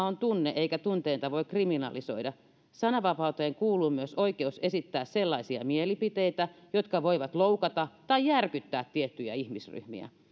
on tunne eikä tunteita voi kriminalisoida sananvapauteen kuuluu myös oikeus esittää sellaisia mielipiteitä jotka voivat loukata tai järkyttää tiettyjä ihmisryhmiä